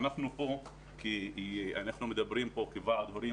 אנחנו פה כי אנחנו מדברים כוועד הורים